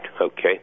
okay